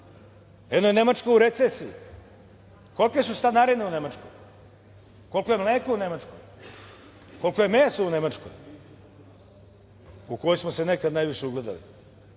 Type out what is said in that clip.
Eno je Nemačka u recesiji. Kolike su stanarine u Nemačkoj, koliko je mleko u Nemačkoj, koliko je meso u Nemačkoj, na koju smo se nekad najviše ugledali?